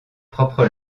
propre